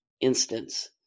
instance